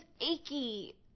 achy